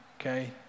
okay